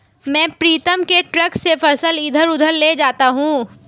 मैं प्रीतम के ट्रक से फसल इधर उधर ले जाता हूं